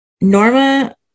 Norma